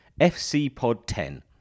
FCPOD10